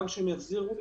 יחזרו לפעול,